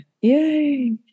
Yay